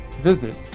visit